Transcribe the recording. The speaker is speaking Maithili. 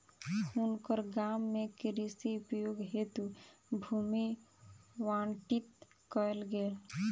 हुनकर गाम में कृषि उपयोग हेतु भूमि आवंटित कयल गेल